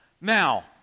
Now